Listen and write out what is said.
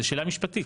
זו שאלה משפטית.